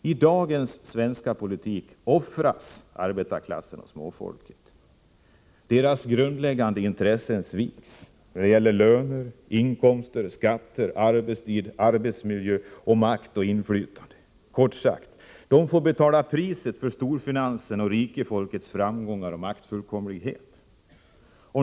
I dagens svenska politik offras arbetarklassen och småfolket. Deras grundläggande intressen sviks när det gäller löner, skatter, arbetstid, arbetsmiljö samt makt och inflytande. De får kort sagt betala priset för storfinansens och rikefolkets framgångar och maktfullkomlighet.